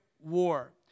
War